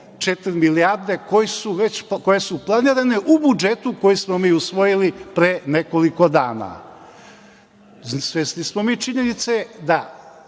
4 milijarde koje su planirane u budžetu, koji smo mi usvojili pre nekoliko dana. Svesni smo mi činjenice da